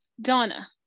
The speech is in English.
Donna